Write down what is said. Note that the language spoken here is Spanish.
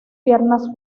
piernas